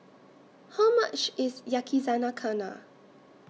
How much IS Yakizakana